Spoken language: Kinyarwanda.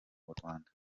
rwanda